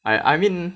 I I mean